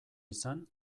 izan